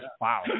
wow